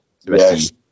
Yes